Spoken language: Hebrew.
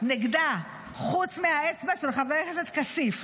נגדה חוץ מהאצבע של חבר הכנסת כסיף.